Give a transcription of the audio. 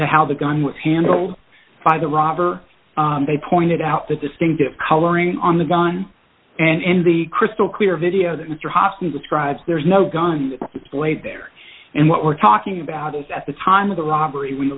to how the gun was handled by the robber they pointed out the distinctive coloring on the gun and the crystal clear video that mr hosty describes there's no gun blade there and what we're talking about is at the time of the robbery